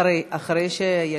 אחרי איילת.